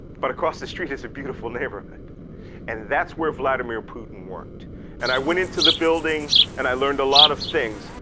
but across the street, it's a beautiful neighborhood and that's where vladimir putin worked and i went into the building and i learned a lot of things.